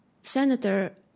Senator